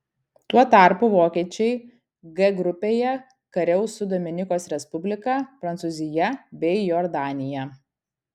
tuo tarpu vokiečiai g grupėje kariaus su dominikos respublika prancūzija bei jordanija